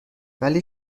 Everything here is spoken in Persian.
ولی